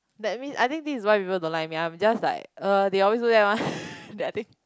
that mean I think this is why people don't like me I'm just like er they always do that one then I think